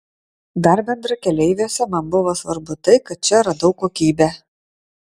dar bendrakeleiviuose man buvo svarbu tai kad čia radau kokybę